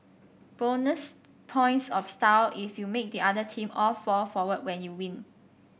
bonus points of style if you make the other team all fall forward when you win